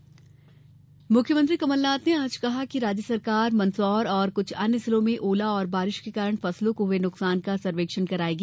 कमलनाथ मुख्यमंत्री कमलनाथ ने आज कहा कि राज्य सरकार मंदसौर और कुछ अन्य जिलों में ओला और बारिश के कारण फसलों को हुए नुकसान का सर्वेक्षण कराएगी